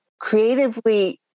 creatively